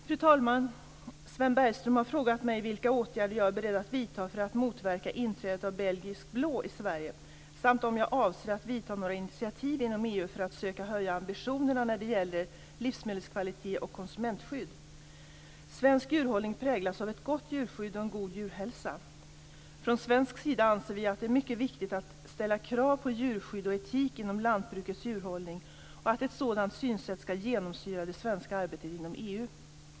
Fru talman! Sven Bergström har frågat mig vilka åtgärder jag är beredd att vidta för att motverka inträdet av belgisk blå i Sverige samt om jag avser att ta några initiativ inom EU för att söka höja ambitionerna när det gäller livsmedelskvalitet och konsumentskydd. Svensk djurhållning präglas av ett gott djurskydd och en god djurhälsa. Från svensk sida anser vi att det är mycket viktigt att ställa krav på djurskydd och etik inom lantbrukets djurhållning och att ett sådant synsätt skall genomsyra det svenska arbetet inom EU.